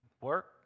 work